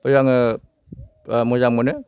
खौ आङो मोजां मोनो